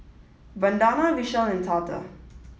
Vandana Vishal and Tata